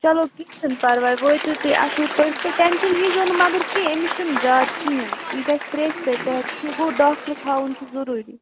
چلو کیٚنٛہہ چھُنہٕ پَرواے وٲتِو تُہۍ اَصٕل پٲٹھۍ تہٕ ٹٮ۪نشن ہیٚزیٚو نہَ مگر کیٚنٛہہ أمِس چھُنہٕ زیادٕ کِہیٖنٛۍ یہِ گَژِھ ترٛیشہِ سۭتۍ تہِ ہٮ۪کہِ ٹھیٖک وۅنۍ گوٚو ڈاکٹرس ہاوُن چھُ ضروٗری